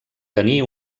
tenir